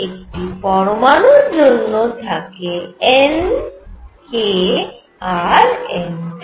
একটি পরমাণুর জন্য থাকে n k আর n